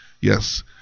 Yes